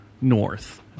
north